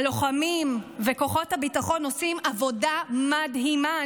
הלוחמים וכוחות הביטחון עושים עבודה מדהימה,